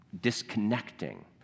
disconnecting